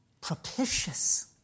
Propitious